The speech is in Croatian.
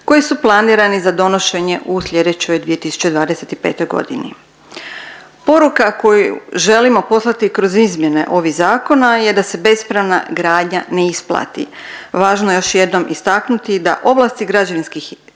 koji su planirani za donošenje u slijedećoj 2025.g.. Poruka koju želimo poslati kroz izmjene ovih zakona je da se bespravna gradnja ne isplati. Važno je još jednom istaknuti da ovlasti građevinskih